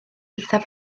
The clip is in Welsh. eithaf